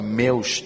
meus